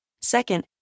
Second